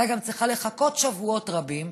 היא הייתה גם צריכה לחכות שבועות רבים,